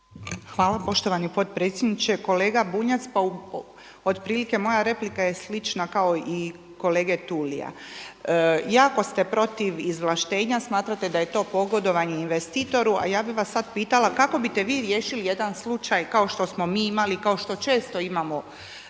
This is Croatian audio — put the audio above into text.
Hvala poštovani potpredsjedniče. Kolega Bunjac, pa otprilike moja replika je slična kao i kolege Tulia. Jako ste protiv izvlaštenja, smatrate da je to pogodovanje investitoru, a ja bih vas sada pitala kao bite vi riješili jedan slučaj kao što smo mi imali, kao što smo mi